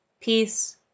peace